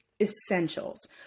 essentials